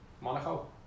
Monaco